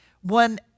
one